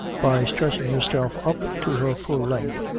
by stretching herself up to her full length,